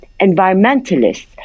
environmentalists